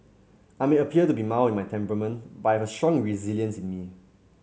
I may appear to be mild in my temperament but I have a strong resilience in me